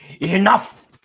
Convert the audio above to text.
enough